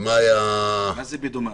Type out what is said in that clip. מה זה "ודומיו"?